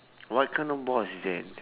what kind of boss is that